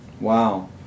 Wow